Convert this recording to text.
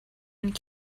and